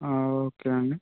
okay అండి